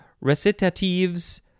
recitatives